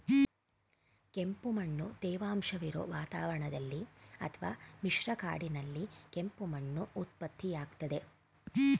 ಕೆಂಪುಮಣ್ಣು ತೇವಾಂಶವಿರೊ ವಾತಾವರಣದಲ್ಲಿ ಅತ್ವ ಮಿಶ್ರ ಕಾಡಿನಲ್ಲಿ ಕೆಂಪು ಮಣ್ಣು ಉತ್ಪತ್ತಿಯಾಗ್ತದೆ